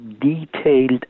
detailed